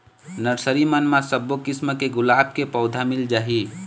nursery मन म सब्बो किसम के गुलाब के पउधा मिल जाही